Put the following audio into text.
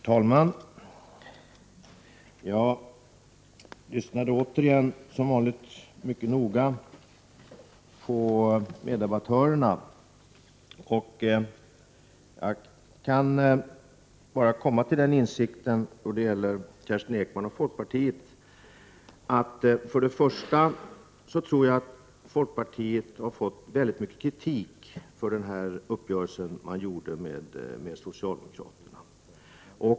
Herr talman! Jag lyssnade återigen, och som vanligt, mycket noga på meddebattörerna. Först och främst kan jag bara komma till den insikten då det gäller Kerstin Ekman och folkpartiet att folkpartiet har fått väldigt mycket kritik för den uppgörelse som man träffade med socialdemokraterna.